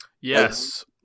Yes